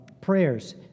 prayers